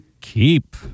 keep